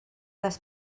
les